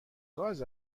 گاز